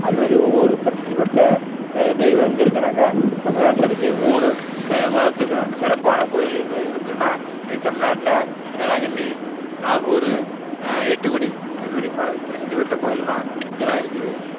அதுமாரி ஒவ்வொரு பிரசித்தி பெற்ற தெய்வம் எங்கள் இருக்குன்னாக்கால் தமிழ்நாட்டில் இருக்கு மூணு மதத்துக்கும் சிறப்பான கோயில் இது இருக்குன்னால் இது தமிழ்நாட்டில் வேளாங்கண்ணி நாகூர் எட்டுக்குடி அதுமாரி பல பிரசித்தி பெற்ற கோயிலெல்லாம் இங்கே தான் இருக்குது